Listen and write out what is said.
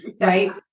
Right